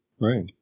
right